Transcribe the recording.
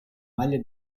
maglia